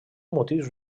motius